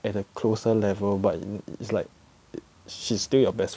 at a closer level but it's like she's still your best friend